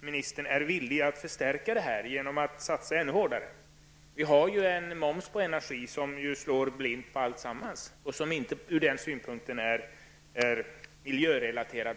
ministern är villig att förstärka denna effekt genom att satsa ännu hårdare. Vi har ju en moms på energi som slår blint över hela fältet och som inte på något sätt är miljörelaterad.